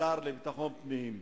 השר לביטחון פנים.